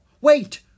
Wait